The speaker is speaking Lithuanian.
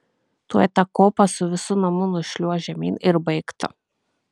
tuoj tą kopą su visu namu nušliuoš žemyn ir baigta